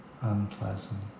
unpleasant